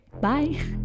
bye